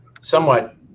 somewhat